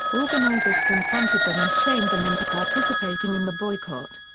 organizers confronted them and shamed them into participating in the boycott.